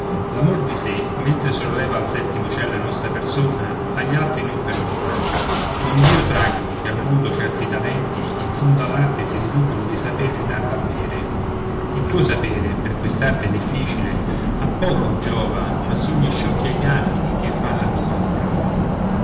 l'amor di sé mentre solleva al settimo ciel la nostra persona agli altri non perdona ond'io traggo che al mondo certi talenti in fondo all'arte si riducono di saper darla a bere il tuo sapere per quest'arte difficile a poco giova ma son gli sciocchi e gli asini che fan la miglior prova